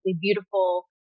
beautiful